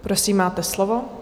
Prosím, máte slovo.